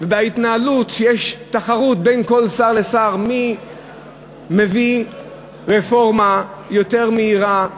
ובהתנהלות של תחרות בין שר לשר מי מביא רפורמה יותר מהירה,